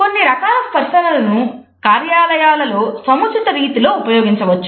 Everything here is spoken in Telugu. కొన్ని రకాల స్పర్సలను కార్యాలయాలలో సముచిత రీతిలో ఉపయోగించవచ్చు